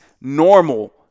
normal